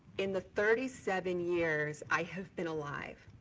in the thirty seven years i have been alive,